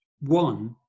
one